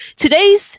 Today's